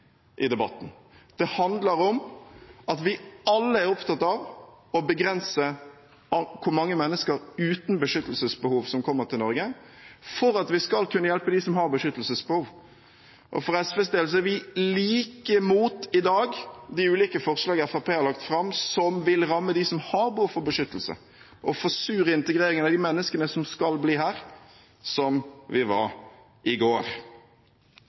i debatten. Det handler om at vi alle er opptatt av å begrense hvor mange mennesker uten beskyttelsesbehov som kommer til Norge, for at vi skal kunne hjelpe dem som har beskyttelsesbehov. For SVs del er vi i dag like imot de ulike forslag Fremskrittspartiet har lagt fram, som vil ramme dem som har behov for beskyttelse, og forsure integreringen av de menneskene som skal bli her, som vi var i går.